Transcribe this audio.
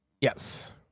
yes